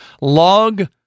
log